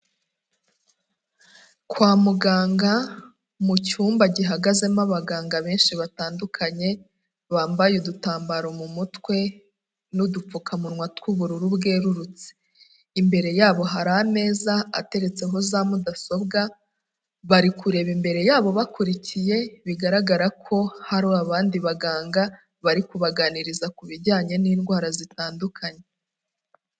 Kwa muganga mu cyumba gihagazemo abaganga benshi batandukanye, bambaye udutambaro mu mutwe n'udupfukamunwa tw'ubururu bwerurutse, imbere yabo hari ameza ateretseho za mudasobwa, bari kureba imbere yabo bakurikiye, bigaragara ko hari abandi baganga bari kubaganiriza ku bijyanye n'indwara zitandukanye.